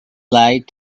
light